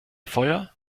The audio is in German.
feuer